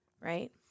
right